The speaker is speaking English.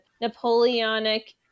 Napoleonic